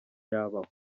yabaho